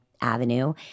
avenue